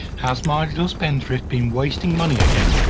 has my little spendthrift been wasting money again?